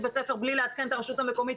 בית הספר מבלי לעדכן את הרשות המקומית,